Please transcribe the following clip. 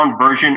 version